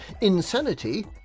Insanity